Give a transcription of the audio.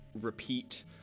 repeat